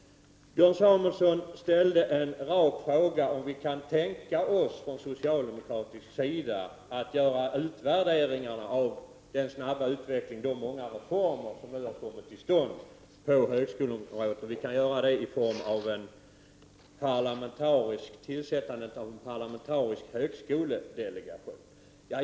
Björn Samuelson ställde en rak fråga, om vi kan tänka oss från socialdemokratisk sida att göra en utvärdering av den snabba utveckling, de många reformer, som har kommit till stånd på högskoleområdet och om vi kan göra det i form av tillsättandet av en parlamentarisk högskoledelegation.